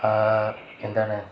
എന്താണ്